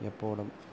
എപ്പോഴും